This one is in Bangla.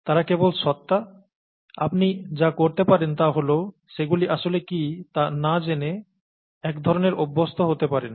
তারা কেবল সত্তা আপনি যা করতে পারেন তা হল সেগুলি আসলে কী তা না জেনে এক ধরণের অভ্যস্ত হতে পারেন